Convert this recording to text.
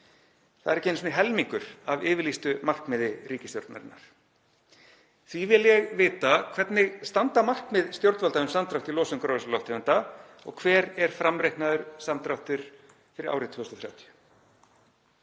Það er ekki einu sinni helmingur af yfirlýstu markmiði ríkisstjórnarinnar. Því vil ég vita: Hvernig standa markmið stjórnvalda um samdrátt í losun gróðurhúsalofttegunda og hver er framreiknaður samdráttur fyrir árið 2030?